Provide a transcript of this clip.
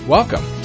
Welcome